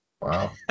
Wow